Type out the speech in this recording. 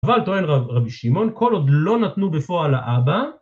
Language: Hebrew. אבל טוען רבי שמעון כל עוד לא נתנו בפועל לאבא